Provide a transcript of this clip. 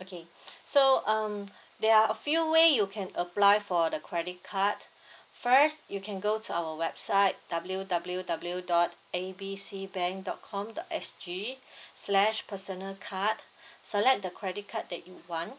okay so um there are a few way you can apply for the credit card first you can go to our website W W W dot A B C bank dot com dot S G slash personal card select the credit card that you want